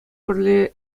пӗрле